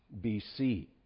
BC